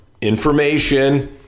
information